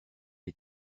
les